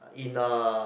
in a